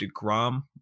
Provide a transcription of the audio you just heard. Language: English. deGrom